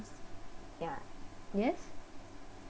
yes